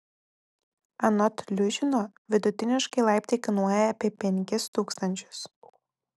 anot liužino vidutiniškai laiptai kainuoja apie penkis tūkstančius